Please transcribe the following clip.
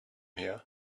here